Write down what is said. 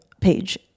page